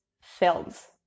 films